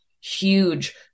huge